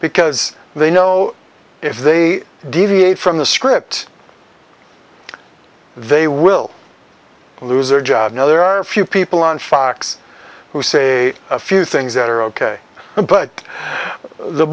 because they know if they deviate from the script they will lose their job now there are a few people on fox who say a few things that are ok but the